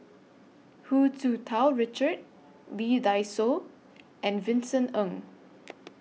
Hu Tsu Tau Richard Lee Dai Soh and Vincent Ng